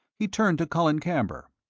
he turned to colin camber.